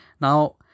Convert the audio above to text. Now